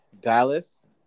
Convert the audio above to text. Dallas